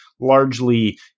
largely